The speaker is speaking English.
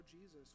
Jesus